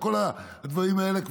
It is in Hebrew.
כל הדברים האלה,